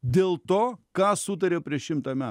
dėl to ką sutarė prieš šimtą metų